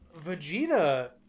Vegeta